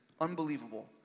unbelievable